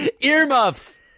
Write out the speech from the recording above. earmuffs